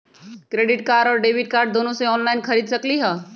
Credit card और debit card दोनों से ऑनलाइन खरीद सकली ह?